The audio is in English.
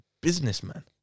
businessman